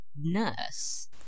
nurse